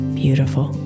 beautiful